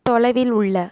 தொலைவில் உள்ள